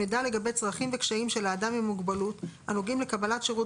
מידע לגבי צרכים וקשיים של האדם עם המוגבלות הנוגעים לקבלת שירות